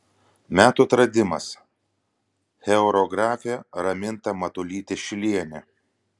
metų atradimas choreografė raminta matulytė šilienė